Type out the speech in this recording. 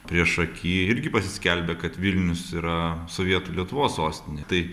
priešaky irgi pasiskelbė kad vilnius yra sovietų lietuvos sostinė tai